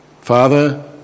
Father